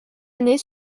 année